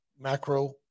macro